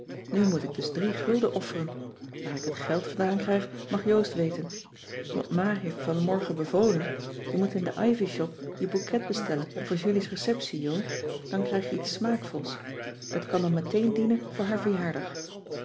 nu moet ik dus drie gulden offeren waar ik het geld vandaan krijg mag joost weten want ma heeft vanmorgen bevolen je moet in de ivy shop je bouqet bestellen voor julies receptie jo dan krijg je iets smaak vols het kan dan meteen dienen voor haar verjaardag